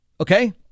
Okay